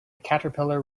caterpillar